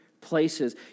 places